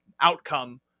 outcome